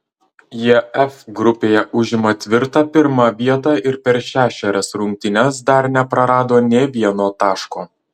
jie f grupėje užima tvirtą pirmą vietą ir per šešerias rungtynes dar neprarado nė vieno taško